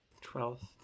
Twelfth